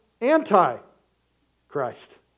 anti-Christ